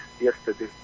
yesterday